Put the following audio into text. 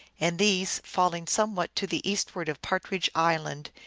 and these, falling somewhat to the eastward of partridge island,